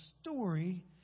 story